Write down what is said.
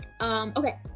Okay